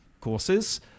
courses